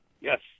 Yes